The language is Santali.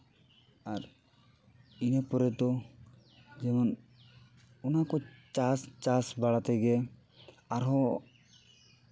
ᱟᱨ ᱤᱱᱟᱹ ᱯᱚᱨᱮ ᱫᱚ ᱡᱮᱢᱚᱱ ᱚᱱᱟ ᱠᱚ ᱪᱟᱥ ᱵᱟᱲᱟ ᱛᱮᱜᱮ ᱟᱨᱦᱚᱸ